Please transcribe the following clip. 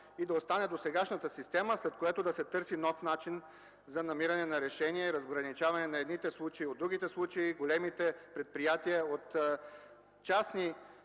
Да остане сегашната система, след което да се търси нов начин за намиране на решение за разграничаване на едните случаи от другите – на големите предприятия от частни